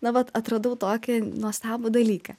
na vat atradau tokį nuostabų dalyką